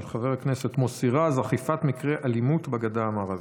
של חבר הכנסת מוסי רז: אכיפת מקרי אלימות בגדה המערבית.